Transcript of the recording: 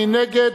מי נגד?